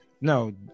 No